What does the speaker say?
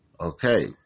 Okay